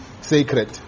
sacred